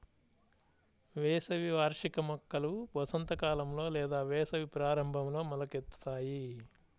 వేసవి వార్షిక మొక్కలు వసంతకాలంలో లేదా వేసవి ప్రారంభంలో మొలకెత్తుతాయి